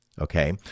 okay